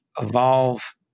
evolve